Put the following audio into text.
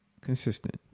consistent